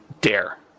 dare